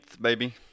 baby